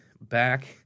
back